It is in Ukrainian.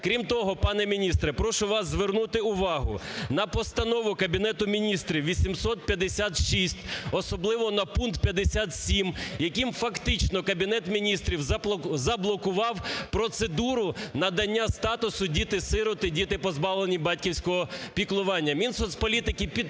Крім того, пане міністре, прошу вас звернути увагу на Постанову Кабінету Міністрів 856, особливо на пункт 57, яким фактично Кабінет Міністрів заблокував процедуру надання статусу "діти-сироти", "діти, позбавлені батьківського піклування". Мінсоцполітики підтримує,